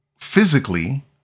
physically